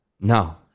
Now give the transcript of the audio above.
No